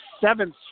seventh